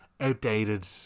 outdated